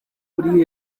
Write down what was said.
uri